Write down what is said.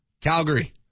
Calgary